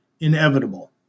inevitable